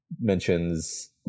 mentions